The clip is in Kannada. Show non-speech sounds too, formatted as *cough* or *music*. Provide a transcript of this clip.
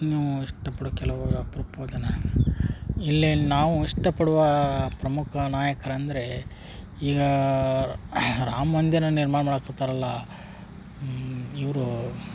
ನಾವು ಇಷ್ಟಪಡೋ ಕೆಲವರು ಅಪರೂಪ *unintelligible* ಇಲ್ಲೇ ನಾವು ಇಷ್ಟಪಡುವ ಪ್ರಮುಖ ನಾಯಕ್ರು ಅಂದ್ರೆ ಈಗ ರಾಮಮಂದಿರ ನಿರ್ಮಾಣ ಮಾಡಕತ್ತಾರಲ್ಲ ಇವ್ರೂ